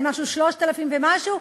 שהיא 3,000 ומשהו,